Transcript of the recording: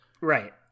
Right